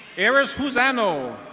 eris whoozano.